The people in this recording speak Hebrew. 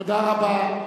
תודה רבה.